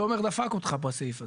תומר דפק אותך בסעיף הזה.